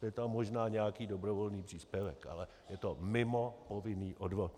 Je tam možná nějaký dobrovolný příspěvek, ale je to mimo povinný odvod.